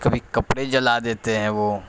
کبھی کپڑے جلا دیتے ہیں وہ